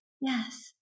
Yes